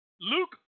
Luke